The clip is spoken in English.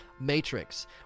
Matrix